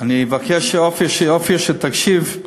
אני אבקש, אופיר, שתקשיב,